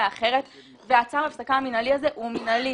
צו ההפסקה המינהלי הזה הוא מינהלי,